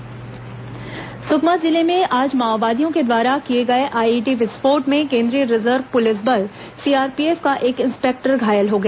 विस्फोट जवान घायल सुकमा जिले में आज माओवादियों द्वारा किए गए आईईडी विस्फोट में केंद्रीय रिजर्व पुलिस बल सीआरपीएफ का एक इंस्पेक्टर घायल हो गया